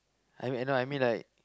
I mean I know I mean like